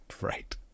right